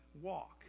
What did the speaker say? walk